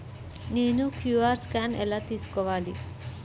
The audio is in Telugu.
నేను క్యూ.అర్ స్కాన్ ఎలా తీసుకోవాలి?